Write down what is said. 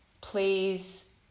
please